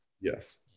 Yes